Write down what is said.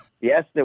Yes